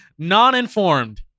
non-informed